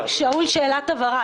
שאלת הבהרה.